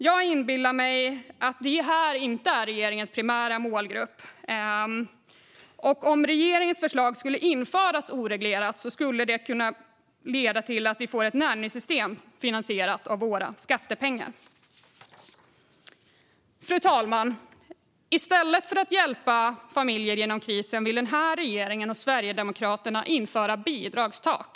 Jag inbillar mig att detta inte är regeringens primära målgrupp. Om regeringens förslag skulle införas oreglerat skulle det kunna leda till att vi får ett nannysystem finansierat av våra skattepengar. Fru talman! I stället för att hjälpa familjer genom krisen vill regeringen och Sverigedemokraterna införa bidragstak.